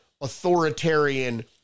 authoritarian